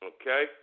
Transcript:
Okay